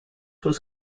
was